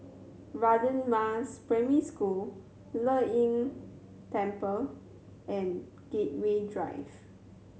Radin Mas Primary School Le Yin Temple and Gateway Drive